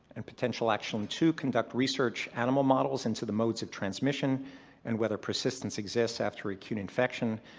and potential action two, conduct research animal models into the modes of transmission and whether persistence exists after acute infection.